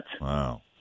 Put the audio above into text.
Wow